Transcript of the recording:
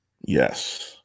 Yes